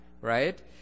right